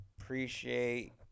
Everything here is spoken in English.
Appreciate